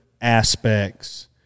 aspects